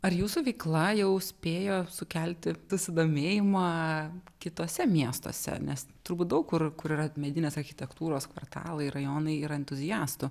ar jūsų veikla jau spėjo sukelti susidomėjimą kituose miestuose nes turbūt daug kur kur yra medinės achitektūros kvartalai rajonai yra entuziastų